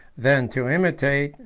than to imitate,